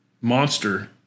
monster